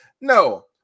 no